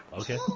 Okay